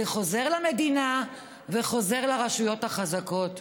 זה חוזר למדינה וחוזר לרשויות החזקות.